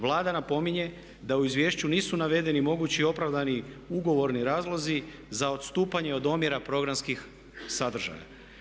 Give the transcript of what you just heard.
Vlada napominje da u izvješću nisu navedeni mogući opravdani ugovorni razlozi za odstupanje od omjera programskih sadržaja.